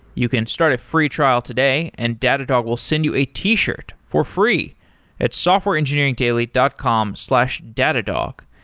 you can start a free trial today and datadog will send you a t-shirt for free at softwareengineeringdaily dot com slash datadog.